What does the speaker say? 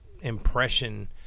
impression